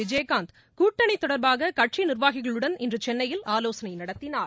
விஜயகாந்த் கூட்டணி தொடா்பாக கட்சி நிா்வாகிகளுடன் இன்று சென்னையில் ஆலோசனை நடத்தினார்